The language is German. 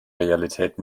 realität